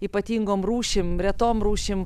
ypatingom rūšim retom rūšim